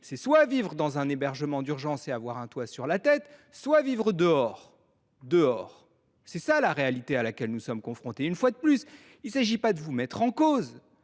c’est : vivre dans un hébergement d’urgence, y avoir un toit sur la tête, ou vivre dehors. Telle est la réalité à laquelle nous sommes confrontés ! Il ne s’agit pas de vous mettre en cause.